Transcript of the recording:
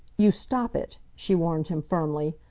you stop it! she warned him firmly.